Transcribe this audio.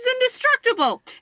indestructible